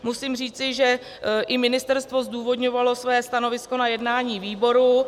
Musím říci, že i ministerstvo zdůvodňovalo své stanovisko na jednání výboru.